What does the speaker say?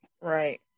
Right